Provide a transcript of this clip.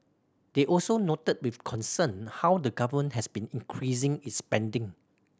they also noted with concern how the Government has been increasing its spending